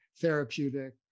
therapeutic